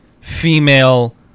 female